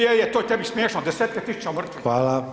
Je, je to je tebi smiješno, desetke tisuća mrtvih.